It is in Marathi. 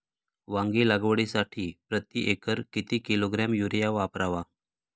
वांगी लागवडीसाठी प्रती एकर किती किलोग्रॅम युरिया वापरावा?